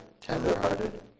tender-hearted